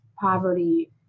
poverty